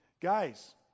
Guys